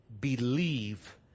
believe